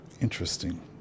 Interesting